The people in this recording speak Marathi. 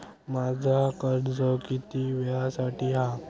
माझा कर्ज किती वेळासाठी हा?